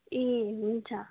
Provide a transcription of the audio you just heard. ए हुन्छ